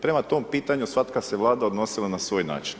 Prema tom pitanju svaka se vlada odnosila na svoj način.